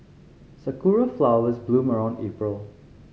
sakura flowers bloom around April